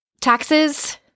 Taxes